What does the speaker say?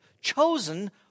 chosen